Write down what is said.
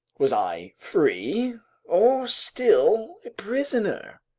was i free or still a prisoner?